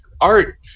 art